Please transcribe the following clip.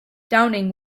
downing